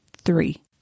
three